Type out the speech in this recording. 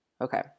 okay